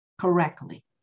correctly